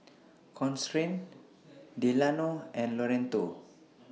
Constance Delano and Loretto